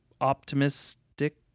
optimistic